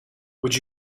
would